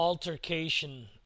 altercation